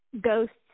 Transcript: ghosts